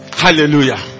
Hallelujah